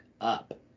up